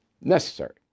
necessary